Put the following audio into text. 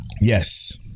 Yes